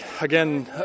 again